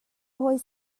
hawi